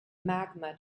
magma